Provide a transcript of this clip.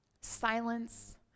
Silence